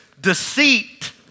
deceit